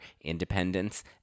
Independence